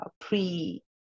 pre